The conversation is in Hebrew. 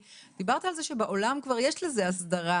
דיברת על זה שבעולם כבר יש לזה הסדרה.